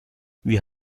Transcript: wir